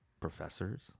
professors